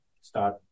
start